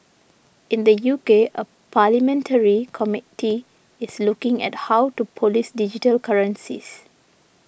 in the U K a parliamentary committee is looking at how to police digital currencies